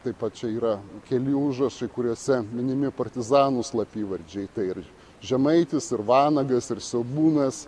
taip pat čia yra keli užrašai kuriuose minimi partizanų slapyvardžiai tai ir žemaitis ir vanagas ir siaubūnas